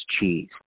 cheese